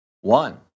One